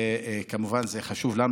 וכמובן, זה חשוב לנו.